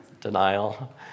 denial